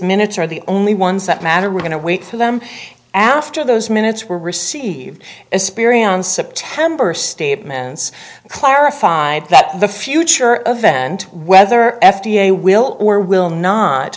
minutes are the only ones that matter we're going to wait for them after those minutes were received a spearing on september statements clarified that the future of event whether f d a will or will not